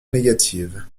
négative